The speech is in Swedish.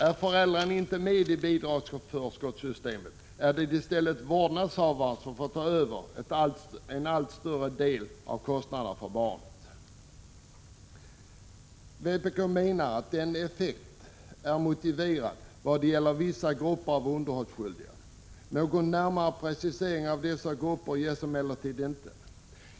Är föräldrarna inte med i bidragsförskottssystemet är det i stället vårdnadshavaren som får ta över en allt större del av kostnaderna för barnet. Vpk anser att den effekten är motiverad när det gäller vissa grupper av underhållsskyldiga. Någon närmare precisering av dessa grupper görs emellertid inte.